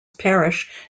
parish